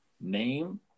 name